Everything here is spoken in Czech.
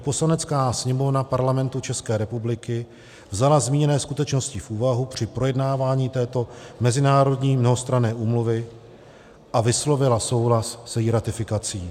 Poslanecká sněmovna Parlamentu České republiky vzala zmíněné skutečnosti v úvahu při projednávání této mezinárodní mnohostranné úmluvy a vyslovila souhlas s její ratifikací.